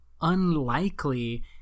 unlikely